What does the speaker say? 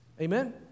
Amen